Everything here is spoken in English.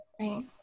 Right